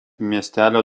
miestelio